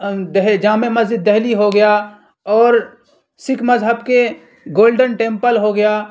جامع مسجد دلی ہو گیا اور سکھ مذہب کے گولڈن ٹیمپل ہو گیا